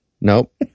Nope